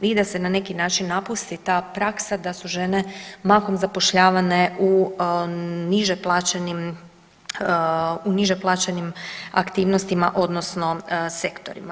i da se na neki način napusti ta praksa da su žene mahom zapošljavanje u niže plaćenim aktivnostima odnosno sektorima.